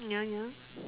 ya ya